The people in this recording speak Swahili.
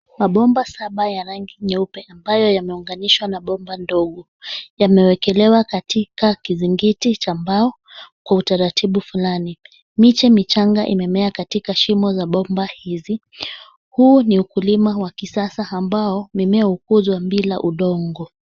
Mabomba saba ya rangi nyeupe ambayo yameunganishwa na bomba ndogo, yamewekelewa katika kizingiti cha mbao kwa utaratibu fulani. Miche michanga imemea katika shimo za bomba hizi. Huu ni kilimo cha kisasa amabo mimea hukuzwa bila udongo.